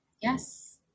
Yes